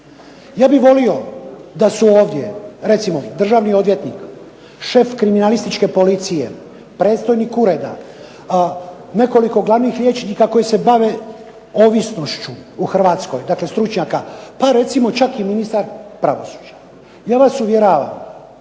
Ja bih volio da su ovdje recimo i državni odvjetnik, šef kriminalističke policije, predstojnik ureda, nekoliko glavnih liječnika koji se bave ovisnošću u Hrvatskoj, dakle stručnjaka pa recimo čak i ministar pravosuđa. Ja vas uvjeravam